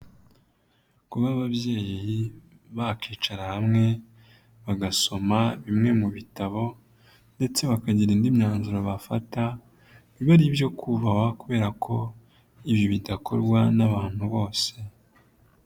Kuba ababyeyi bakicara hamwe bagasoma bimwe mu bitabo ndetse bakagira indi myanzuro bafata biba ari ibyo kubahwa kubera ko ibi bidakorwa n'abantu bose.